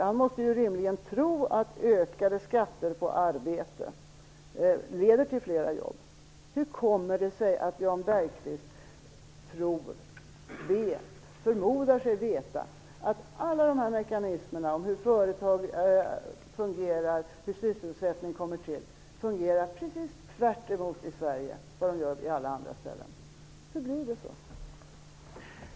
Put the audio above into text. Han måste då rimligen tro att ökade skatter på arbete leder till flera jobb. Hur kommer det sig då att Jan Bergqvist, tror, vet eller förmodar sig veta att alla dessa mekanismer när det gäller hur företag fungerar och hur sysselsättning skapas fungerar precis tvärtemot i Sverige i förhållande till alla andra länder? Hur kan det vara så?